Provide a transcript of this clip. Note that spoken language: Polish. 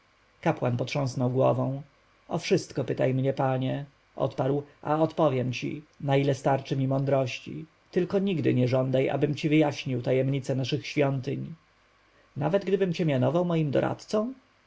kapłan potrząsnął głową o wszystko pytaj mnie panie odparł a odpowiem ci na ile mi starczy mądrości tylko nigdy nie żądaj abym ci wyjaśniał tajemnice naszych świątyń nawet gdybym cię mianował moim doradcą